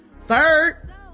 Third